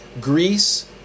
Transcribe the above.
greece